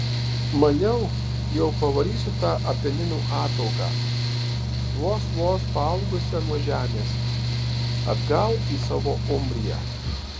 maniau jau pavarysiu tą apeninų ataugą vos vos paaugusią nuo žemės atgal į savo umbriją